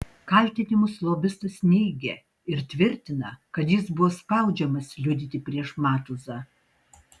kaltinimus lobistas neigia ir tvirtina kad jis buvo spaudžiamas liudyti prieš matuzą